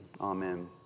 Amen